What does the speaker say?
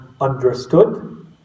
understood